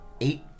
eight